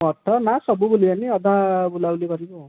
ମଠ ନା ସବୁ ବୁଲିବାନି ଅଧା ବୁଲାବୁଲି କରିବୁ ଆଉ